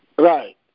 Right